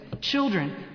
Children